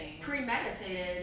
premeditated